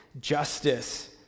justice